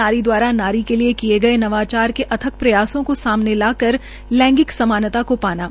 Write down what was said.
नारी दवारा नारी के लिये किए गये नवाचार के अथक प्रयासों को लाकर लैंगिंग समानता को पाना